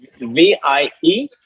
v-i-e